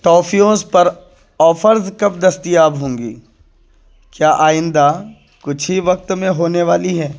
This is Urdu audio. ٹافیونز پر آفرز کب دستیاب ہوں گی کیا آئندہ کچھ ہی وقت میں ہونے والی ہے